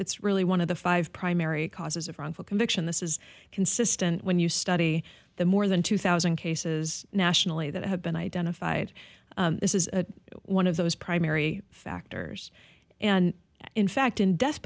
it's really one of the five primary causes of wrongful conviction this is consistent when you study the more than two thousand cases nationally that have been identified this is one of those primary factors and in fact in death